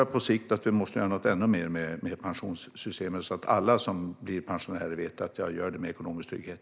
Jag tror att vi på sikt måste göra ännu mer med pensionssystemet, så att alla som blir pensionärer vet att de kan bli det med ekonomisk trygghet.